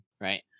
Right